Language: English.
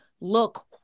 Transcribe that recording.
look